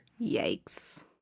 Yikes